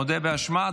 מודה באשמה.